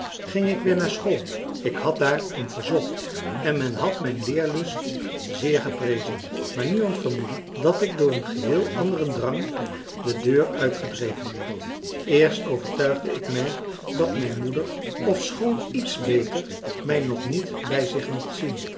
ging ik weer naar school ik had daar om verzocht en men had mijn leerlust zeer geprezen maar niemand vermoedde dat ik door een geheel anderen drang de deur uitgedreven werd eerst overtuigde ik mij dat mijn moeder ofschoon iets beter mij nog niet bij zich mocht zien